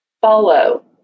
follow